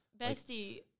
Bestie